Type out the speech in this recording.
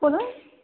বলুন